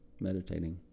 meditating